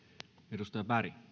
arvoisa